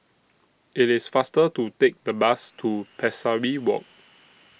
IT IS faster to Take The Bus to Pesari Walk